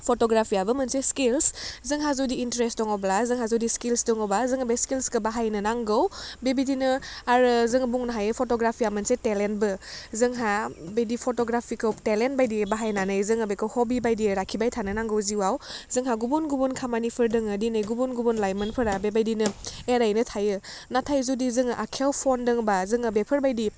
फट'ग्राफियाबो मोनसे स्किल्स जोंहा जुदि इन्ट्रेस्ट दङब्ला जोंहा जुदि स्किल्स दङबा जोङो बे स्किल्सखौ बाहायनो नांगौ बेबायदिनो आरो जोङो बुंनो हायो फट' ग्राफिया मोनसे टेलेन्टबो जोंहा बिदि फट'ग्राफिखौ टेलेन्ट बायदियै बाहायनानै जोङो बेखौ हबि बायदियै राखिबाय थानो नांगौ जिवाव जोंहा गुबुन गुबुन खामानिफोर दङ दिनै गुबुन गुबुन लाइमोनफोरा बेबायदिनो एरैनो थायो नाथाय जुदि जोङो आखाइयाव फन दङबा जोङो बेफोरबायदि